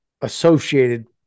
associated